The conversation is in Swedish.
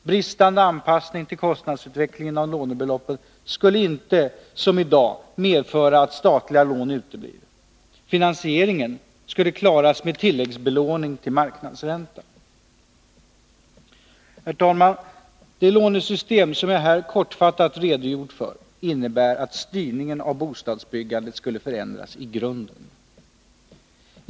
Bristande anpassning till kostnadsutvecklingen av lånebeloppen skulle inte, som i dag, medföra att statliga lån uteblir. Finansieringen skulle klaras med tilläggsbelåning till marknadsränta. Herr talman! Det lånesystem som jag här kortfattat redogjort för innebär att styrningen av bostadsbyggandet skulle förändras i grunden.